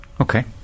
Okay